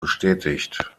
bestätigt